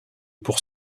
pour